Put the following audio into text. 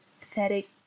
pathetic